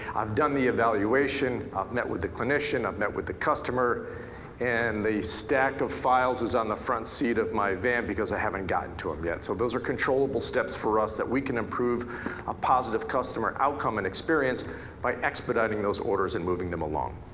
i've done the evaluation, i've met with the clinician, i've met with the customer and the stack of files is on the front seat of my van because i haven't gotten to them um yet. so those are controllable steps for us that we can improve a positive customer outcome and experience by expediting those orders and moving them along.